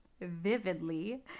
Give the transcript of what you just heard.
vividly